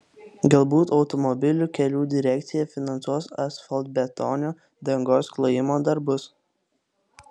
galbūt automobilių kelių direkcija finansuos asfaltbetonio dangos klojimo darbus